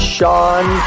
Sean